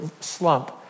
slump